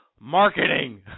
Marketing